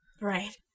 Right